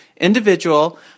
individual